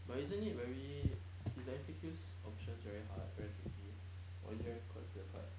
but isn't it very is the M_C_Q options very hard very tricky or is it very quite clear cut